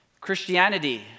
Christianity